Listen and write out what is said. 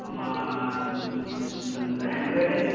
আমার অ্যান্ড্রয়েডের